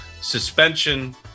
suspension